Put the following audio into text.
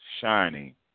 shining